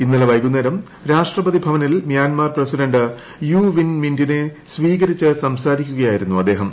ഇന്നലെ വൈകുന്നേരം രാഷ്ട്രപതി ഭവനിൽ മ്യാൻമർ പ്രസിഡന്റ് യു വിൻ മിന്റിനെ സ്വീകരിച്ച് സംസാരിക്കുകയായിരുന്നു അദ്ദേഹം